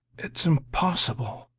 it's impossible,